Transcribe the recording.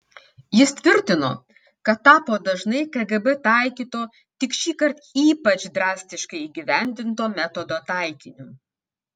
jis tvirtino kad tapo dažnai kgb taikyto tik šįkart ypač drastiškai įgyvendinto metodo taikiniu